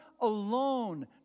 alone